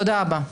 תודה רבה.